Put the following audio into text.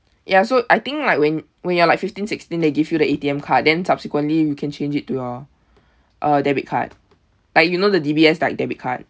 ya so I think like when when you're like fifteen sixteen they give you the A_T_M card then subsequently you can change it to your uh debit card like you know the D_B_S like debit card